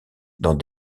dans